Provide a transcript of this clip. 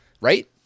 right